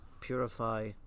purify